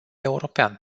european